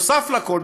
נוסף לכול,